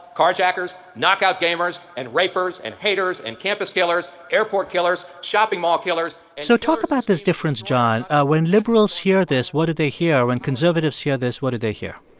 carjackers, knockout gamers and rapers and haters and campus killers, airport killers, shopping mall killers. so talk about this difference, john. when liberals hear this, what do they hear? when conservatives hear this, what do they hear?